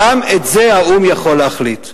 גם את זה האו"ם יכול להחליט.